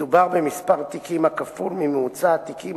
מדובר במספר תיקים הכפול מממוצע התיקים